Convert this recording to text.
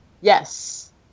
Yes